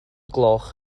gloch